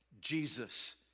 Jesus